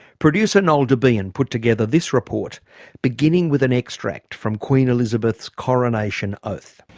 producer noel debien put together this report beginning with an extract from queen elizabeth's coronation oath.